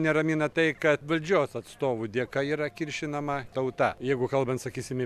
neramina tai kad valdžios atstovų dėka yra kiršinama tauta jeigu kalbant sakysim